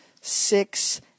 six